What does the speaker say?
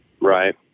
Right